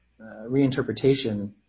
reinterpretation